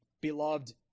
Beloved